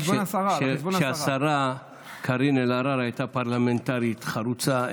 כשהשרה קארין אלהרר הייתה פרלמנטרית חרוצה,